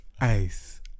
ice